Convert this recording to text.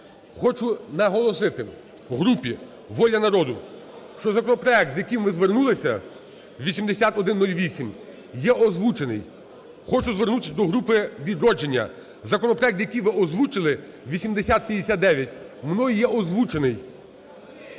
Хочу наголосити групі "Воля народу", що законопроект, з яким ви звернулися – 8108, є озвучений. Хочу звернутися до групи "Відродження". Законопроект, який ви озвучили – 8059, мною є озвучений.